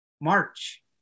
march